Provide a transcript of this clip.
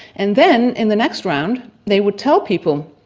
and then in the next round they would tell people,